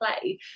play